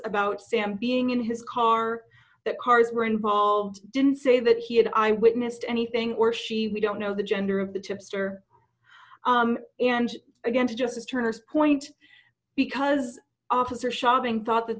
about sam being in his car that cars were involved didn't say that he had i witnessed anything or she we don't know the gender of the tipster and again just a turning point because officer shopping thought that